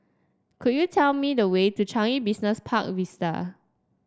could you tell me the way to Changi Business Park Vista